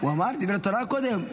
הוא אמר דברי תורה קודם.